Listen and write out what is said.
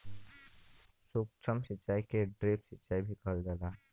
सूक्ष्म सिचाई के ड्रिप सिचाई भी कहल जाला